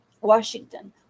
Washington